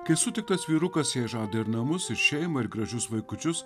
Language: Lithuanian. kai sutiktas vyrukas jai žada ir namus ir šeimą ir gražius vaikučius